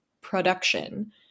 production